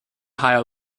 higher